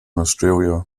australia